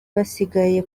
basigaye